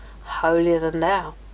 holier-than-thou